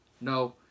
No